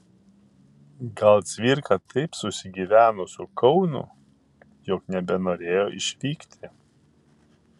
gal cvirka taip susigyveno su kaunu jog nebenorėjo išvykti